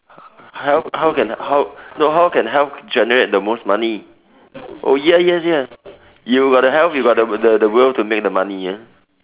health how can how no how can health generate the most money oh yes yes yes you got the health you got the the will to make the money yeah